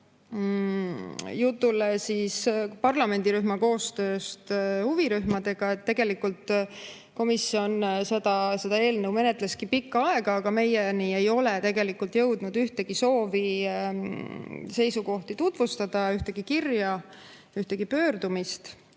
jutule parlamendirühma koostööst huvirühmadega, menetles tegelikult komisjon seda eelnõu pikka aega, aga meieni ei ole jõudnud ühtegi soovi seisukohti tutvustada, ühtegi kirja, ühtegi pöördumist.